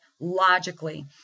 logically